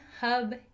Hub